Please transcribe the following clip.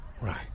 Right